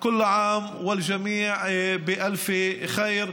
כל שנה וכולם באלף טוב.